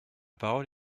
parole